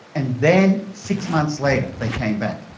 and then six months later they came back.